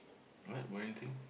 what were anything